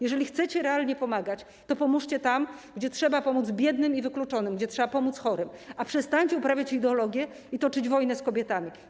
Jeżeli chcecie realnie pomagać, to pomóżcie tam, gdzie trzeba pomóc biednym i wykluczonym, gdzie trzeba pomóc chorym, a przestańcie uprawiać ideologię i toczyć wojnę z kobietami.